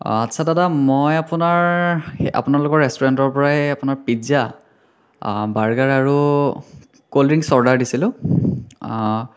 আচ্ছা দাদা মই আপোনাৰ আপোনালোকৰ ৰেষ্টুৰেণ্টৰ পৰাই আপোনাৰ পিজ্জা বাৰ্গাৰ আৰু ক'ল্ড ড্ৰিংক্ছ অৰ্ডাৰ দিছিলোঁ